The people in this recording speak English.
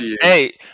Hey